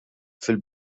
fil